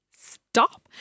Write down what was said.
stop